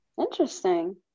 interesting